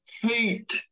hate